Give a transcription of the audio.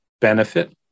benefit